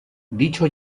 dicho